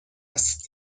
هست